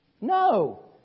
No